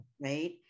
Right